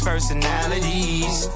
personalities